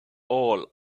all